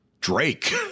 Drake